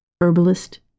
Herbalist